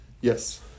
Yes